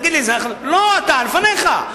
לא אתה, לפניך.